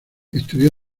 estudió